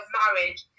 marriage